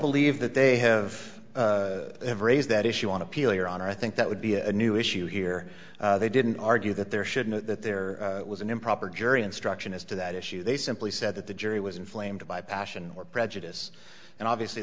believe that they have that issue on appeal your honor i think that would be a new issue here they didn't argue that there should know that there was an improper jury instruction as to that issue they simply said that the jury was inflamed by passion or prejudice and obviously